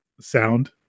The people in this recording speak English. sound